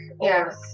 Yes